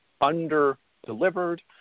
under-delivered